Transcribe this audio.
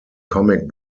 comic